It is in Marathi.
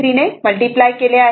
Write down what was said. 23 ने मल्टिप्लाय केले आहे